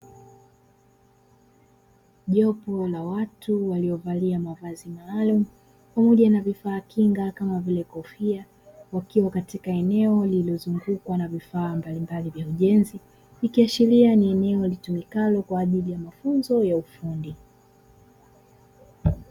Jopo la watu waliovalia mavazi maalumu, pamoja na vifaa kinga kama vile kofia, wakiwa katika eneo lililozungukwa na vifaa mbalimbali vya ujenzi, ikiashiria ni eneo litumikalo kwa ajili ya mafunzo ya ufundi.